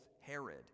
Herod